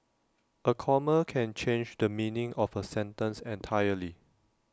A comma can change the meaning of A sentence entirely